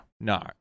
no